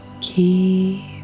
Keep